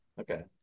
okay